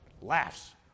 laughs